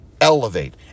elevate